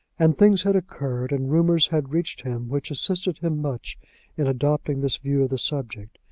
and things had occurred and rumours had reached him which assisted him much in adopting this view of the subject.